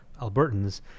Albertans